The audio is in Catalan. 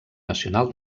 nacional